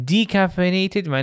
Decaffeinated